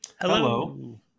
Hello